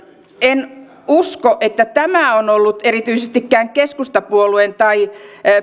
en usko että tämä on ollut erityisestikään keskustapuolueen tai